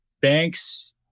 banks